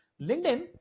LinkedIn